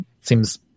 seems